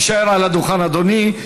יישאר על הדוכן אדוני.